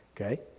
okay